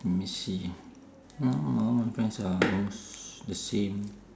let me see the same